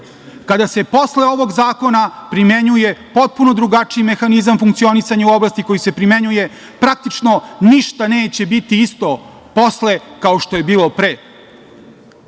Kada se posle ovog zakona primenjuje potpuno drugačiji mehanizam funkcionisanja u oblasti kojoj se primenjuje, praktično ništa neće biti isto posle kao što je bilo